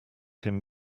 him